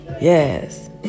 Yes